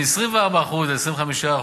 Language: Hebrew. מ-24% ל-25%,